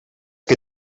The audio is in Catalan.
que